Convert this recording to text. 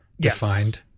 defined